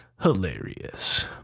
hilarious